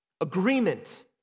Agreement